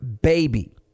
baby